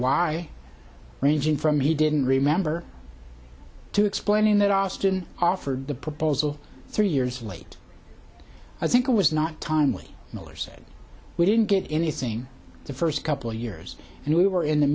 why ranging from he didn't remember to explaining that austin offered the proposal three years late i think it was not timely miller said we didn't get anything the first couple of years and we were in the